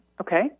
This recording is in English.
Okay